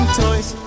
toys